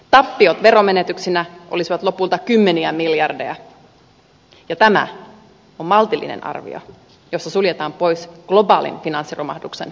tappiot veromenetyksinä olisivat lopulta kymmeniä miljardeja ja tämä on maltillinen arvio jossa suljetaan pois globaalin finanssiromahduksen mahdollisuus